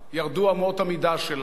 ירדו אמות המידה שלה.